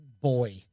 boy